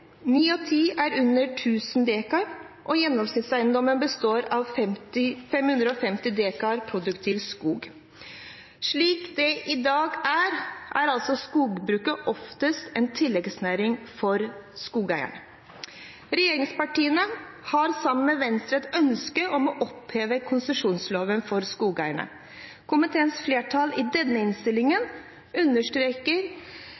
ni av ti er under 1 000 dekar, og gjennomsnittseiendommen består av 550 dekar produktiv skog. Slik det er i dag, er altså skogbruket oftest en tilleggsnæring for skogeierne. Regjeringspartiene har sammen med Venstre et ønske om å oppheve konsesjonsloven for skogeiere. Komiteens flertall understreker i denne